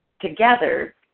together